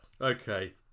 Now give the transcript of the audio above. Okay